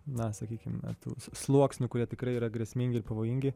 na sakykime tų sluoksnių kurie tikrai yra grėsmingi ir pavojingi